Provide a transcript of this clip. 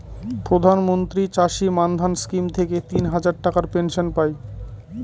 প্রধান মন্ত্রী চাষী মান্ধান স্কিম থেকে তিন হাজার টাকার পেনশন পাই